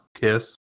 kiss